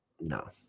No